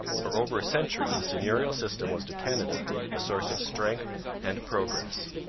for over a century the seigneurial system was to canada a source of strength and progress.